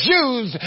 Jews